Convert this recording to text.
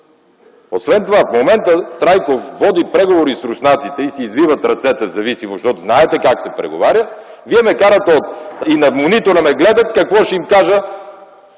Освен това, в момента Трайков води преговори с руснаците и си извиват ръцете взаимно, защото знаете как се преговаря. Вие ме карате и на монитора ме гледат какво ще им кажа